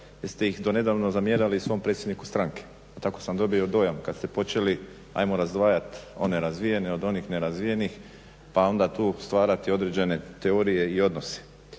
ste ih do nedavno zamjerali i svom predsjedniku stranke. Pa tako sam dobio dojam ajmo razdvajat one razvijene od onih nerazvijenih pa onda tu stvarati određene teorije i odnose.